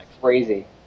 crazy